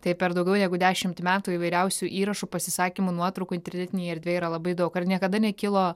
tai per daugiau negu dešimt metų įvairiausių įrašų pasisakymų nuotraukų internetinėje erdvėje yra labai daug ar niekada nekilo